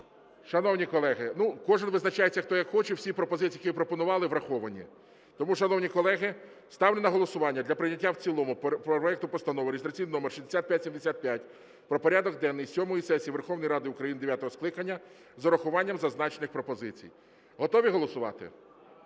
Шановні колеги, кожен визначається, хто як хоче. Всі пропозиції, які ви пропонували, враховані. Тому, шановні колеги, ставлю на голосування для прийняття в цілому проект Постанови, реєстраційний номер 6575, про порядок денний сьомої сесії Верховної Ради України дев'ятого скликання з урахуванням зазначених пропозицій. Готові голосувати?